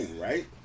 right